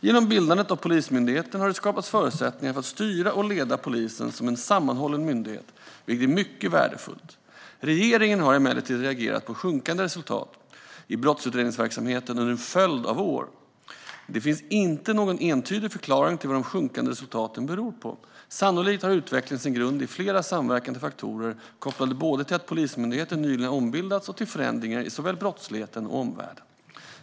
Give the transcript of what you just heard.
Genom bildandet av Polismyndigheten har det skapats förutsättningar för att styra och leda polisen som en sammanhållen myndighet, vilket är mycket värdefullt. Regeringen har emellertid reagerat på sjunkande resultat i brottsutredningsverksamheten under en följd av år. Det finns inte någon entydig förklaring till vad de sjunkande resultaten beror på. Sannolikt har utvecklingen sin grund i flera samverkande faktorer kopplade både till att Polismyndigheten nyligen har ombildats och till förändringar i såväl brottsligheten som omvärlden.